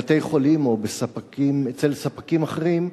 שירותים בבתי-חולים או אצל ספקים אחרים,